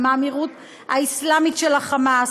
מהאמירוּת האסלאמית של ה"חמאס",